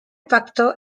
pacto